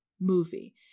movie